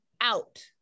out